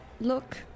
look